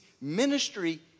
ministry